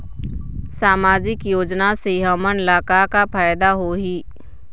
सामाजिक योजना से हमन ला का का फायदा होही?